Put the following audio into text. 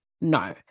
No